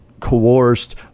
coerced